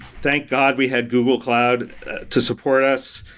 thank god, we had google cloud to support us.